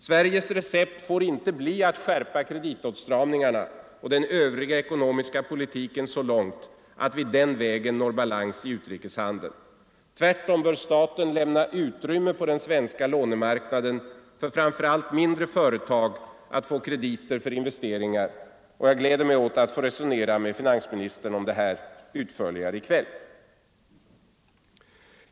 Sveriges recept får inte bli att skärpa kreditåtstramningarna och den övriga ekonomiska politiken så långt att vi den vägen når balans i utrikeshandeln. Tvärtom bör staten lämna utrymme på den svenska lånemarknaden för framför allt mindre företag att få krediter för investeringar. Jag gläder mig åt att få resonera utförligare med finansministern om detta i kväll.